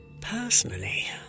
Personally